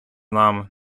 нами